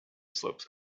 slopes